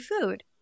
food